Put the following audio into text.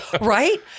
Right